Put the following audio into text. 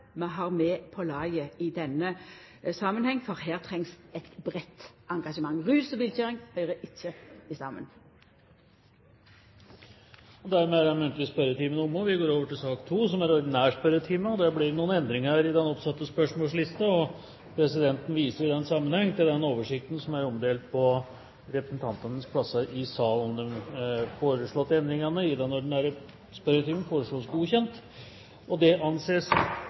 vi har med på laget i denne samanhengen, for her trengst eit breitt engasjement. Rus og bilkjøring høyrer ikkje saman. Dermed er vi ferdig med den muntlige spørretimen, og vi går over til den ordinære spørretime. Det blir noen endringer i den oppsatte spørsmålslisten, og presidenten viser i den sammenheng til den oversikten som er omdelt på representantenes plasser i salen. De foreslåtte endringene i dagens spørretime foreslås godkjent. – Det anses